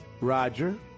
Roger